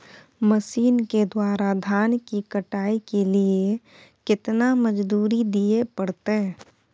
Machine के द्वारा धान की कटाइ के लिये केतना मजदूरी दिये परतय?